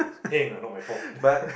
hey ah not my fault